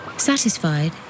Satisfied